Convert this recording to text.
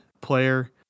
player